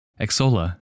Exola